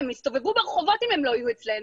הם יסתובבו ברחובות אם הם לא יהיו אצלנו.